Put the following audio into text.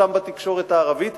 פורסם בתקשורת הערבית,